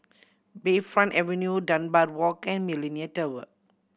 Bayfront Avenue Dunbar Walk and Millenia Tower